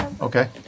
Okay